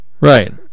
Right